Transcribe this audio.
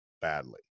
badly